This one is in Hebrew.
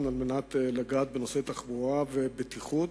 על מנת לגעת בנושאי תחבורה ובטיחות,